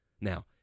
Now